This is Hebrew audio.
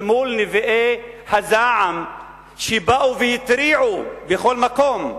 אל מול נביאי הזעם שבאו והתריעו בכל מקום,